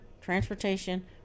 transportation